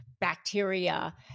bacteria